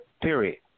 period